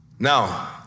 Now